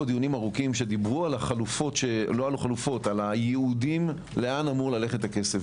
שדיברו על הייעודים לאן אמור ללכת הכסף.